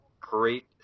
great